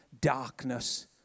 darkness